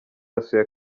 yasuye